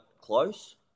close